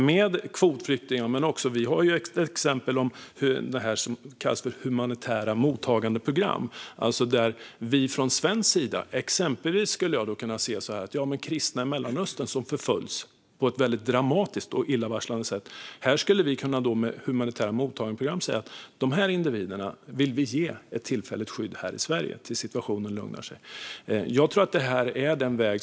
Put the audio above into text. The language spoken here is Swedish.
Med humanitära mottagandeprogram skulle exempelvis de kristna i Mellanöstern som förföljs på ett dramatiskt och illavarslande sätt kunna få ett tillfälligt skydd i Sverige tills situationen lugnar sig.